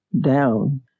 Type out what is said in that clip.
down